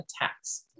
attacks